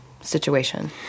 situation